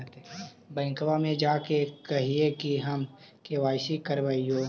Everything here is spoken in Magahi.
बैंकवा मे जा के कहलिऐ कि हम के.वाई.सी करईवो?